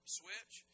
switch